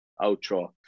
outro